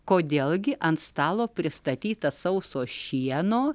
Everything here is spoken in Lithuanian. kodėl gi ant stalo pristatyta sauso šieno